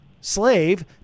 slave